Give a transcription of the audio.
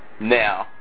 Now